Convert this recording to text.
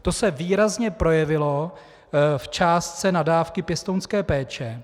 To se výrazně projevilo v částce na dávky pěstounské péče.